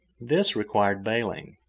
this required bailing.